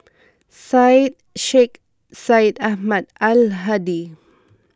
Syed Sheikh Syed Ahmad Al Hadi